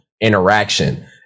interaction